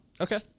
Okay